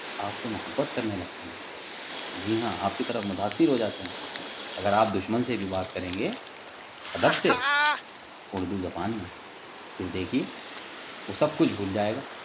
آپ سے محبت کرنے لگتے ہیں جی ہاں آپ کی طرف متاثر ہو جاتے ہیں اگر آپ دشمن سے بھی بات کریں گے ادب سے اردو زبان میں پھر دیکھئے وہ سب کچھ بھول جائے گا